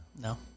No